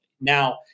Now